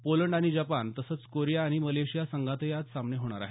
Poland आणि Japan तसंच Korea आणि मलेशिया संघातही आज सामने होणार आहेत